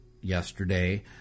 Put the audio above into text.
yesterday